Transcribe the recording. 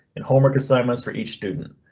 and homework assignments for each student.